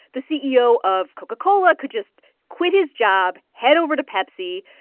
the ceo of coca-cola could just quit his job, head over to pepsi,